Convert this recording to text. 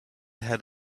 had